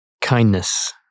Kindness